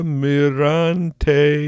mirante